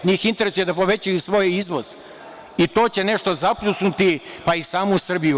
Njih interesuje da povećaju svoj izvoz, i to će nešto zapljusnuti, pa i samu Srbiju.